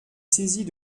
saisie